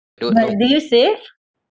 but did you save